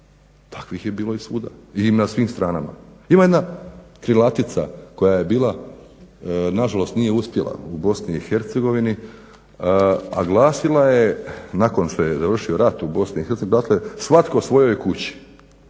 Takvih je bilo svuda i na svim stranama. Ima jedna krilatica koja je bila, nažalost nije uspjela u BiH, a glasila je nakon što je završio rat u BiH dakle svatko svojoj kući.